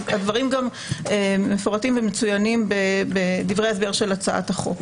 הדברים גם מפורטים ומצוינים בדברי ההסבר של הצעת החוק.